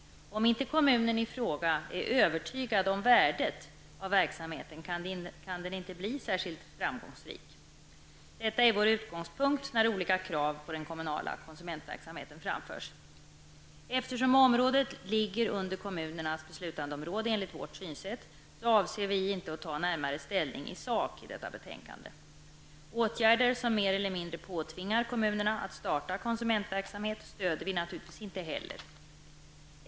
Om inte kommunen i fråga är övertygad om värdet av verksamheten, kan verksamheten inte bli särskilt framgångsrik. Detta är vår utgångspunkt när olika krav på den kommunala konsumentverksamheten framförs. Eftersom området ligger under kommunernas beslutandeområde enligt vårt synsätt, avser vi inte att närmare ta ställning i sak i detta betänkande. Åtgärder som mer eller mindre påtvingar kommunerna att starta konsumentverksamhet stöder vi naturligtvis inte heller.